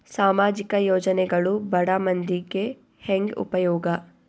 ಸಾಮಾಜಿಕ ಯೋಜನೆಗಳು ಬಡ ಮಂದಿಗೆ ಹೆಂಗ್ ಉಪಯೋಗ?